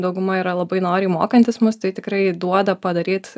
dauguma yra labai noriai mokantys mus tai tikrai duoda padaryt